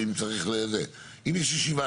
אנשי השטח,